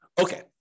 Okay